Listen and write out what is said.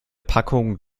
packung